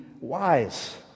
wise